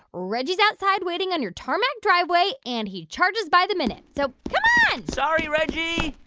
reggie's outside waiting on your tarmac driveway, and he charges by the minute. so come on sorry, reggie